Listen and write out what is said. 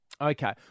Okay